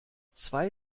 zwei